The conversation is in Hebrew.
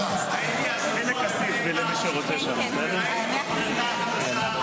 הייתי השבוע בבני ברק וראיתי בריכה חדשה,